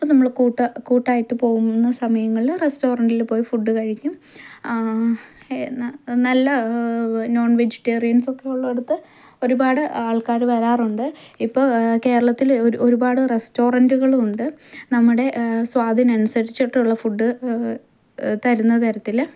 അപ്പോൾ നമ്മൾ കൂട്ടാ കൂട്ടായിട്ട് പോകുന്ന സമയങ്ങളിൽ റസ്റ്റോറൻറിൽ പോയി ഫുഡ് കഴിക്കും നല്ല നോൺ വെജിറ്റേറിയൻസ് ഒക്കെ ഉള്ളിടത്ത് ഒരുപാട് ആൾക്കാർ വരാറുണ്ട് ഇപ്പോൾ കേരളത്തിൽ ഒരുപാട് റസ്റ്റോറൻറുകൾ ഉണ്ട് നമ്മുടെ സ്വാദിന് അനുസരിച്ചിട്ടുള്ള ഫുഡ് തരുന്ന തരത്തിൽ